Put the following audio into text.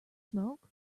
smoke